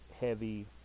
heavy